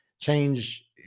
Change